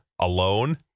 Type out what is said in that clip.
alone